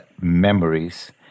memories